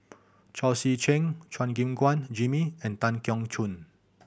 Chao Tzee Cheng Chua Gim Guan Jimmy and Tan Keong Choon